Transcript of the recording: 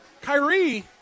Kyrie